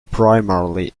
primarily